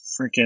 freaking